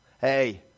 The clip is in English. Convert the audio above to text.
Hey